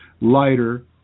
lighter